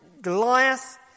Goliath